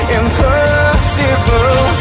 impossible